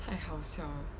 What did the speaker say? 太好笑了